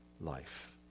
life